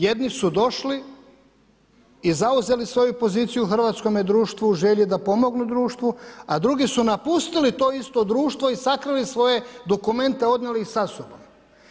Jedni su došli i zauzeli svoju poziciju hrvatskome društvu u želji da pomognu društvu, a drugi su napustili to isto društvo i sakrili svoje dokumente, odnijeli ih sa sobom.